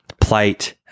plate